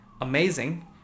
amazing